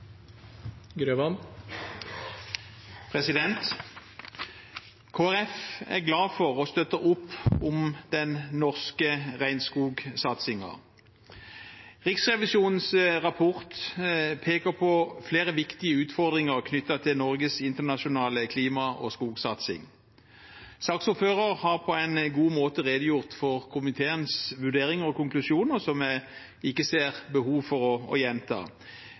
glad for å støtte opp om den norske regnskogsatsingen. Riksrevisjonens rapport peker på flere viktige utfordringer knyttet til Norges internasjonale klima- og skogsatsing. Saksordføreren har på en god måte redegjort for komiteens vurderinger og konklusjoner, som jeg ikke ser behov for å gjenta.